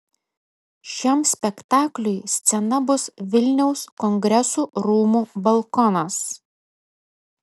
šiam spektakliui scena bus vilniaus kongresų rūmų balkonas